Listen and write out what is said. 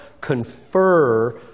confer